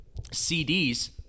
CDs